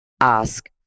ask